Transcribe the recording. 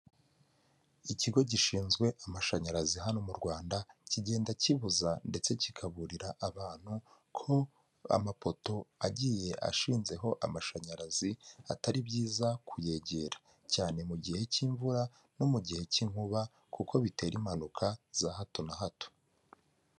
Ikigo gishinzwe amashanyarazi hano mu Rwanda, kigenda kibuza ndetse kikaburira abantu ko amapoto agiye ashinzeho amashanyarazi atari byiza kuyegera cyane mu gihe cy'imvura no mu gihe cy'inkuba kuko bitera impanuka za hato na hato.